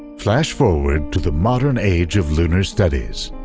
flash forward to the modern age of lunar studies.